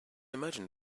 imagine